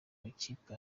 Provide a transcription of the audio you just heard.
makipe